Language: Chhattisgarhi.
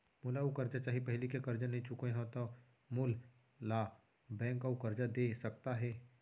मोला अऊ करजा चाही पहिली के करजा नई चुकोय हव त मोल ला बैंक अऊ करजा दे सकता हे?